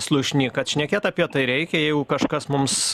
slušny kad šnekėt apie tai reikia jeigu kažkas mums